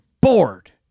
bored